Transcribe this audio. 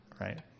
right